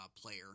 player